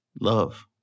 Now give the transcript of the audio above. Love